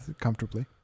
Comfortably